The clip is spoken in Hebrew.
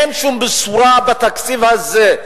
אין שום בשורה בתקציב הזה.